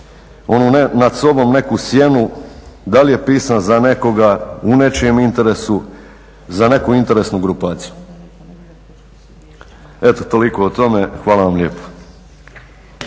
nema nad sobom neku sjenu da li je pisan za nekoga u nečijem interesu, za neku interesnu grupaciju. Eto toliko o tome. Hvala vam lijepo.